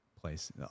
place